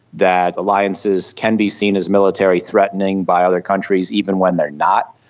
that alliances can be seen as military threatening by other countries even when they are not.